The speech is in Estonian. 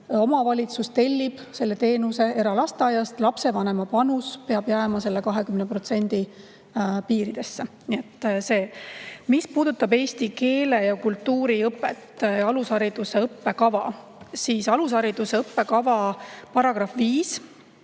omavalitsus tellib selle teenuse eralasteaiast. Lapsevanema panus peab jääma selle 20% piiridesse. Mis puudutab eesti keele ja kultuuri õpet alushariduse õppekavas, siis alushariduse õppekava § 5